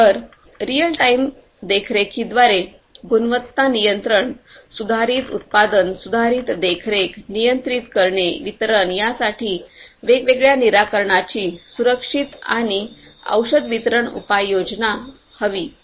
तर real time देखरेखीद्वारे गुणवत्ता नियंत्रण सुधारित उत्पादन सुधारित देखरेख नियंत्रित करणे वितरण यासाठी वेगवेगळ्या निराकरणाची सुरक्षित आणि औषध वितरण उपाययोजना हवी